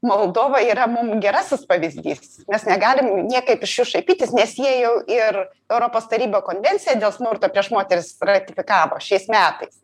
moldova yra mum gerasis pavyzdys mes negalim niekaip iš jų šaipytis nes jie jau ir europos taryboj konvenciją dėl smurto prieš moteris ratifikavo šiais metais